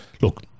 look